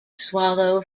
swallow